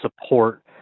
support